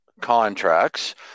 contracts